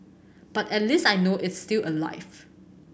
but at least I know is still alive